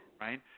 right